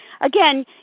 Again